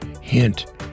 Hint